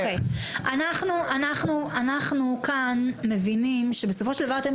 אנחנו כאן מבינים שבסופו של דבר אתם